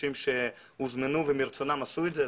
אנשים שהוזמנו ומרצונם עשו את זה,